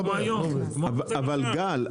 גל,